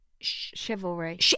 chivalry